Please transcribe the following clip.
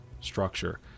structure